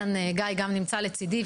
כאן גיא נמצא לצידי,